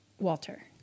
Walter